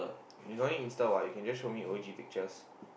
you no need Insta what you can just show me O_G pictures